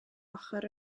ochr